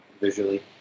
visually